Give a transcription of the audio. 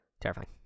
terrifying